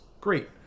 Great